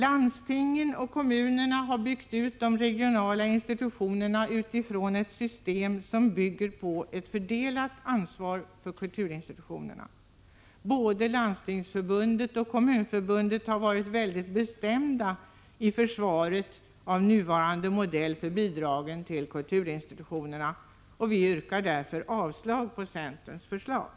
Landstingen och kommunerna har byggt ut de regionala institutionerna utifrån ett system som bygger på ett fördelat ansvar för kulturinstitutionerna. Både Landstingsförbundet och Kommunförbundet har varit mycket bestämda i försvaret av nuvarande modell för bidragen till kulturinstitutionerna. Vi yrkar därför avslag på centerns förslag.